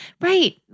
right